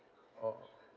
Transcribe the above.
oh